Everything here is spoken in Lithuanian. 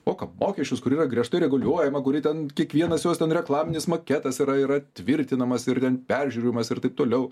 moka mokesčius kuri yra griežtai reguliuojama kuri ten kiekvienas jos ten reklaminis maketas yra yra tvirtinamas ir ten peržiūrimas ir taip toliau